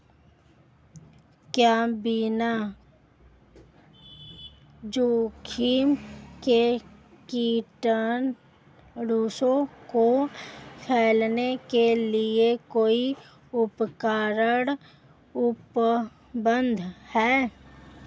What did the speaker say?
क्या बिना जोखिम के कीटनाशकों को फैलाने के लिए कोई उपकरण उपलब्ध है?